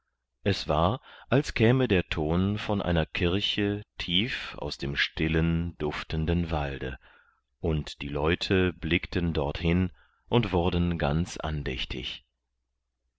es war als käme der ton von einer kirche tief aus dem stillen duftenden walde und die leute blickten dorthin und wurden ganz andächtig